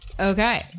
Okay